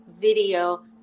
video